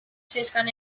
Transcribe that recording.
zeuzkan